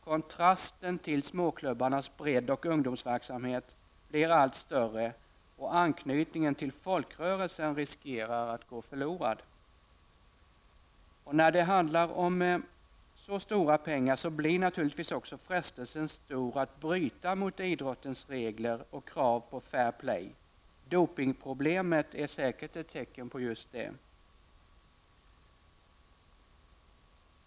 Kontrasten till småklubbarnas bredd och ungdomsverksamhet blir allt större, och anknytningen till folkrörelsen riskerar att gå förlorad. När det handlar om så stora pengar blir naturligtvis också frestelsen stor att bryta mot idrottens regler och krav på fair play. Dopningproblemet är säkert ett tecken på just det.